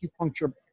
acupuncture